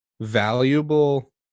valuable